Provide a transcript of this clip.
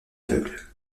aveugles